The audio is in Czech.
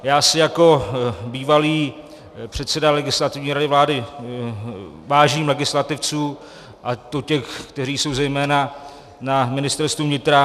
Já si jako bývalý předseda Legislativní rady vlády vážím legislativců, a to těch, kteří jsou zejména na Ministerstvu vnitra.